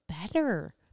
better